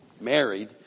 married